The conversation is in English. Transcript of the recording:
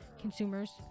consumers